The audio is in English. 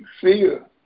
fear